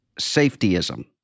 safetyism